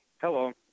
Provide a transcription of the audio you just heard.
Hello